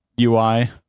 UI